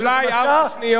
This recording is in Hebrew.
אולי ארבע שניות.